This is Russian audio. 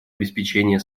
обеспечения